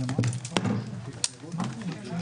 הישיבה ננעלה בשעה 14:09.